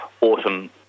autumn